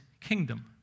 kingdom